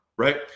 Right